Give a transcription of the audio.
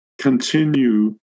continue